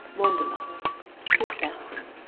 wanderlust two thousand